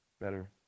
better